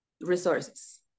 resources